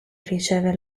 riceve